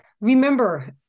remember